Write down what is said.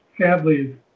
sadly